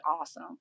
awesome